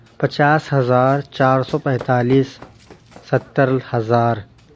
پچاس ہزار چار سو پینتالیس ستر ہزار